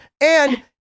And-